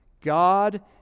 God